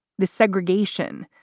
the segregation.